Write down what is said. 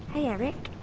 eric.